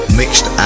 mixed